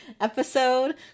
episode